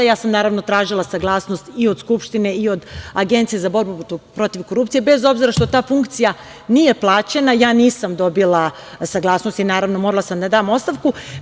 Naravno, tražila sam saglasnost i od Skupštine i od Agencije za borbu protiv korupcije, bez obzira što ta funkcija nije plaćena, nisam dobila saglasnost, i naravno, morala sam da dam ostavku.